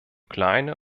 kleine